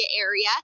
area